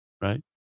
right